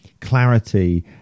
clarity